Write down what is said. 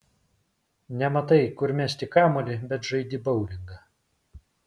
nematai kur mesti kamuolį bet žaidi boulingą